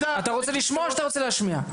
אתה רוצה לשמוע, או שאתה רוצה להשמיע?